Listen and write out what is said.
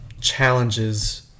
challenges